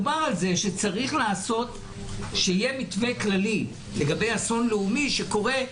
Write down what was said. בחלק השני מדובר על כך שצריך שיהיה מתווה כללי לגבי אסון לאומי שקורה,